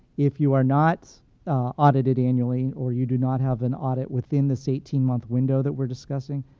if you are not audited annually, or you do not have an audit within this eighteen month window that we're discussing,